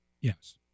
Yes